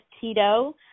Tito